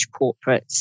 corporates